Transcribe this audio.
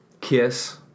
Kiss